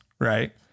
Right